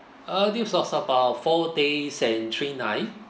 uh this was about four days and three night